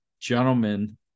Gentlemen